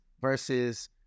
versus